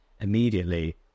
immediately